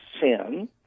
sin